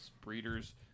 Breeders